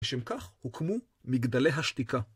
בשם כך הוקמו מגדלי השתיקה.